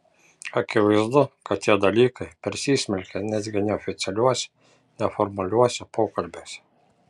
akivaizdu kad tie dalykai persismelkia netgi neoficialiuose neformaliuose pokalbiuose